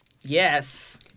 Yes